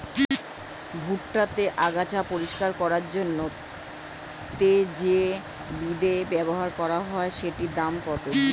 ভুট্টা তে আগাছা পরিষ্কার করার জন্য তে যে বিদে ব্যবহার করা হয় সেটির দাম কত?